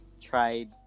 tried